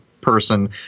person